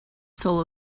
soul